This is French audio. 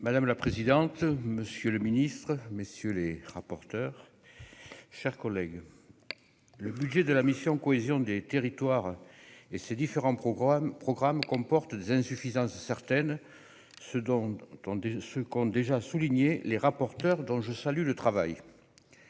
madame la présidente, monsieur le ministre, messieurs les rapporteurs, chers collègues, le budget de la mission cohésion des territoires et ses différents programmes programme comporte des insuffisances certaines ce dont, dont des ce qu'ont déjà souligné les rapporteurs, dont je salue le travail,